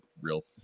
real